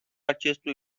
acestui